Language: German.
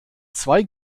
zwei